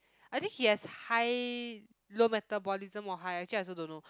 I think he has high low metabolism or high actually I also don't know